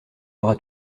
aura